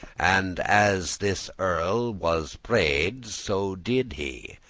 and as this earl was prayed, so did he,